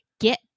Get